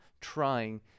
trying